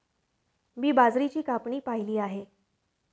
मी बाजरीची कापणी पाहिली आहे